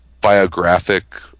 biographic